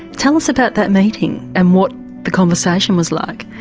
tell us about that meeting and what the conversation was like?